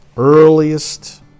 earliest